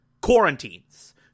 quarantines